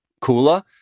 cooler